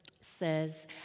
says